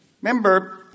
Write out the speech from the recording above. Remember